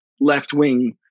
left-wing